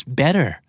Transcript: better